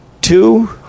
two